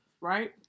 right